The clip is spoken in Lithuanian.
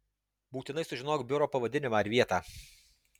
būtinai sužinok biuro pavadinimą ir vietą